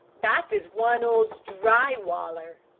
that is one old dry waller.